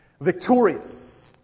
Victorious